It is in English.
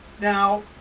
now